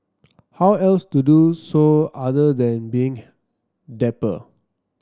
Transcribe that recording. how else to do so other than being dapper